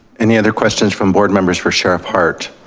any other questions from board members for sheriff hart?